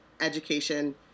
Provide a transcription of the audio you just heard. education